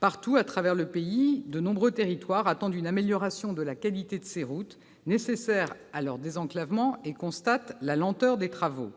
Partout à travers le pays, de nombreux territoires attendent une amélioration de la qualité des routes, nécessaire à leur désenclavement, et constatent la lenteur des travaux.